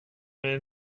med